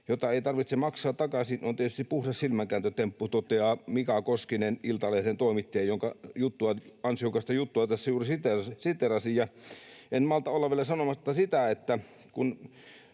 ’”Jota ei tarvitse maksaa takaisin’ on tietysti puhdas silmänkääntötemppu”, toteaa Mika Koskinen, Iltalehden toimittaja, jonka ansiokasta juttua tässä juuri siteerasin. En malta olla vielä sanomatta sitä, että